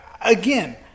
again